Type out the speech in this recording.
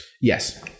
Yes